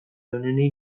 onenei